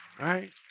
Right